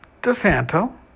DeSanto